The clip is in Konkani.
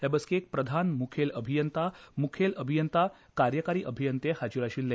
हे बसकेक प्रधान मुखेल अभियंता मुखेल अभियंता कार्यकारी अभियंते हाजीर आशिल्ले